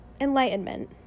enlightenment